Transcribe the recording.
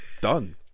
done